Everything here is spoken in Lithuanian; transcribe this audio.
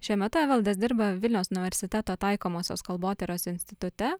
šiuo metu evaldas dirba vilniaus universiteto taikomosios kalbotyros institute